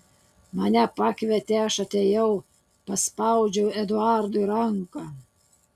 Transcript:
mane pakvietė aš atėjau paspaudžiau eduardui ranką